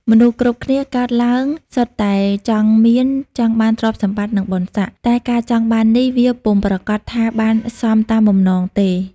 មនុស្សគ្រប់គ្នាកើតឡើងសុទ្ធតែចង់មាន ចង់បានទ្រព្យសម្បត្តិ និងបុណ្យស័ក្តិ តែការចង់បាននេះ វាពុំប្រាកដថាបានសមតាមបំណងទេ។